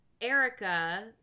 Erica